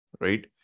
right